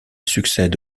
succède